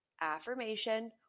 affirmation